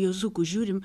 juozuku žiūrim